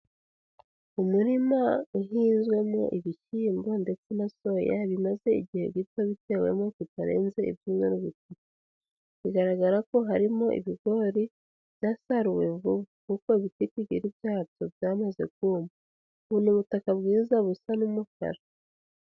Umurima uhinzwemo ibishyimbo ndetse na soya bimaze igihe gito bitewe kitarenze ibyumweru bitatu , bigaragara ko harimo ibigori byasaruwe vuba , kuko ibitiriti byabyo byamaze kuma mbona ubutaka bwiza busa n'umukara.